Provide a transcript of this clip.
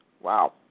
Wow